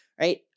right